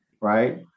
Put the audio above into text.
right